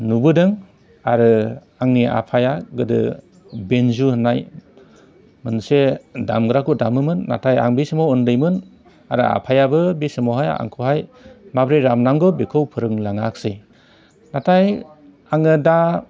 नुबोदों आरो आंनि आफाया गोदो बेनजु होननाय मोनसे दामग्राखौ दामोनो नाथाय आं बे समाव उन्दैमोन आरो आफायाबो बे समावहाय आंखौहाय माब्रै दामनांगौ बेखौ फोरोंलाङाख्सै नाथाय आङो दा